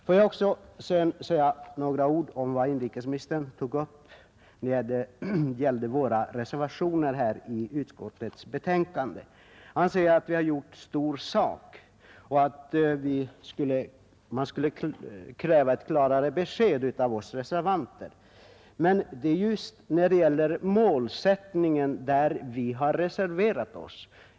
Får jag sedan säga några ord om våra reservationer till utskottets betänkande, vilka också inrikesministern tog upp i sitt anförande. Han anser att vi har gjort stor sak av dessa reservationer och han krävde ett klarare besked från oss. Men det är just i fråga om målsättningen som vi har reserverat oss.